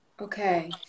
okay